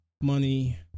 money